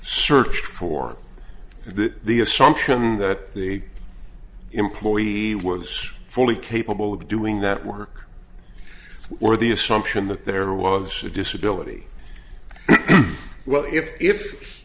searched for and that the assumption that the employee was fully capable of doing that work were the assumption that there was a disability well if if